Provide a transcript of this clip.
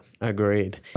Agreed